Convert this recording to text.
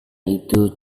itu